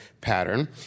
pattern